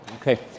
Okay